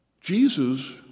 Jesus